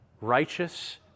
righteous